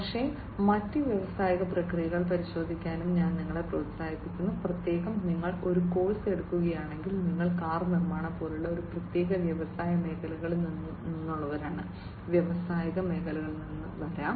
പക്ഷേ മറ്റ് വ്യാവസായിക പ്രക്രിയകൾ പരിശോധിക്കാനും ഞാൻ നിങ്ങളെ പ്രോത്സാഹിപ്പിക്കുന്നു പ്രത്യേകിച്ചും നിങ്ങൾ ഒരു കോഴ്സ് എടുക്കുകയാണെങ്കിൽ നിങ്ങൾ കാർ നിർമ്മാണം പോലെയുള്ള ഒരു പ്രത്യേക വ്യവസായ മേഖലയിൽ നിന്നുള്ളവരാണ് വ്യാവസായിക മേഖലകളിൽ നിന്ന് വരാം